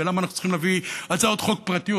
ולמה אנחנו צריכים להביא הצעות חוק פרטיות.